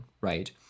right